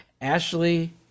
ashley